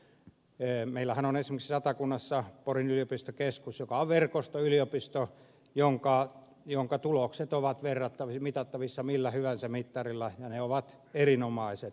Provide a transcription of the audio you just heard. meillähän on esimerkiksi satakunnassa porin yliopistokeskus joka on verkostoyliopisto jonka tulokset ovat mitattavissa millä hyvänsä mittarilla ja ne ovat erinomaiset